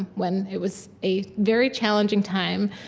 when it was a very challenging time,